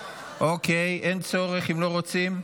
אוקיי, אין צורך אם לא רוצים.